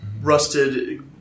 Rusted